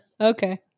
Okay